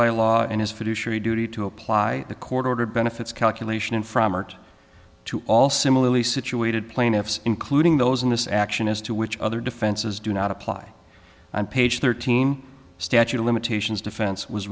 by law and his fiduciary duty to apply the court ordered benefits calculation and from or to all similarly situated plaintiffs including those in this action is to which other defenses do not apply on page thirteen statute of limitations defense was